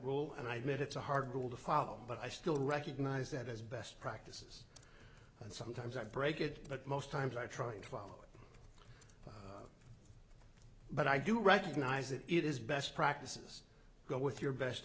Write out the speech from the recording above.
rule and i mean it's a hard ball to follow but i still recognize that as best practices and sometimes i break it but most times i trying to follow it but i do recognize that it is best practices go with your best